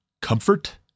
comfort